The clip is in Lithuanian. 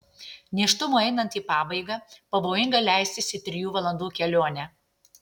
nėštumui einant į pabaigą pavojinga leistis į trijų valandų kelionę